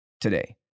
today